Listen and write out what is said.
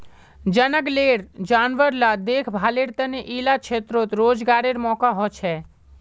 जनगलेर जानवर ला देख्भालेर तने इला क्षेत्रोत रोज्गारेर मौक़ा होछे